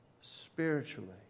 spiritually